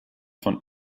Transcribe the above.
von